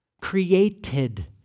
created